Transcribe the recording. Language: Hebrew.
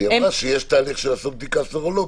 היא אמרה שיש תהליך שיעשו בדיקה סרולוגית.